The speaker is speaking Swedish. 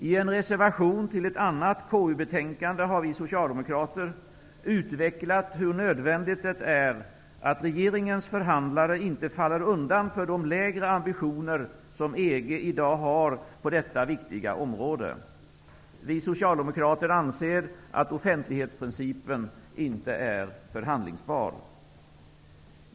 I en reservation till ett annat KU-betänkande har vi socialdemokrater utvecklat hur nödvändigt det är att regeringens förhandlare inte faller undan för de lägre ambitioner, som man inom EG i dag har på detta viktiga område. Vi socialdemokrater anser att offentlighetsprincipen inte är förhandlingsbar.